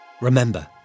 Remember